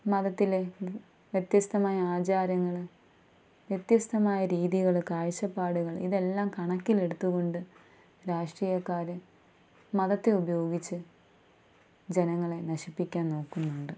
മതത്തിലെ വ് വ്യത്യസ്തമായ ആചാരങ്ങള് വ്യത്യസ്തമായ രീതികള് കാഴ്ചപ്പാടുകൾ ഇതെല്ലാം കണക്കിലെടുത്തുകൊണ്ട് രാഷ്ട്രീയക്കാര് മതത്തെ ഉപയോഗിച്ച് ജനങ്ങളെ നശിപ്പിക്കാൻ നോക്കുന്നുണ്ട്